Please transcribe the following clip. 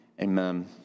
Amen